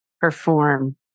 perform